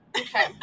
Okay